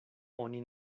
oni